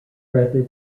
rather